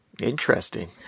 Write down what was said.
Interesting